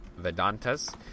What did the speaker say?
vedantas